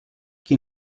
qui